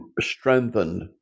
strengthened